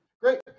Great